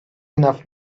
enough